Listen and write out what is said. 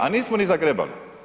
A nismo ni zagrebali.